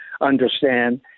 understand